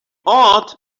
ought